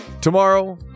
tomorrow